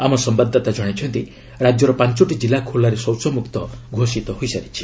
ଆମ ସମ୍ଭାଦଦାତା ଜଣାଇଛନ୍ତି ରାଜ୍ୟର ପାଞ୍ଚଟି କିଲ୍ଲା ଖୋଲାରେ ଶୌଚମୁକ୍ତ ଘୋଷିତ ହୋଇସାରିଛି